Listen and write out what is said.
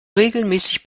regelmäßig